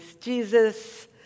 Jesus